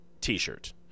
t-shirt